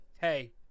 hey